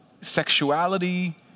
sexuality